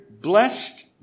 blessed